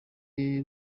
iyo